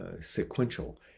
sequential